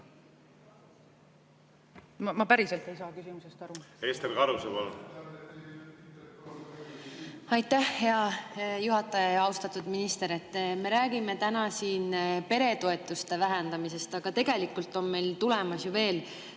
Ma päriselt ei saa küsimusest aru.